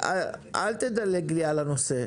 הוא לא אמר שהוא דואג לעניים,